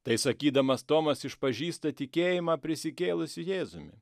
tai sakydamas tomas išpažįsta tikėjimą prisikėlusiu jėzumi